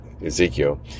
Ezekiel